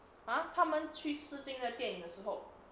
!huh! 他们去试镜那电影的时候